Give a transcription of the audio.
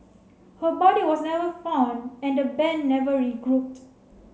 her body was never found and the band never regrouped